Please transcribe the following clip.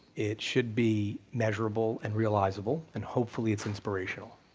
it should be measurable and realizable and hopefully it's inspirational.